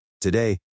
Today